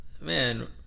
Man